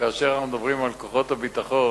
כאשר אנחנו מדברים על כוחות הביטחון,